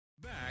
Back